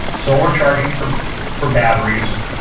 solar charging for for batteries,